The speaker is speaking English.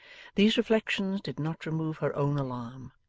these reflections did not remove her own alarm,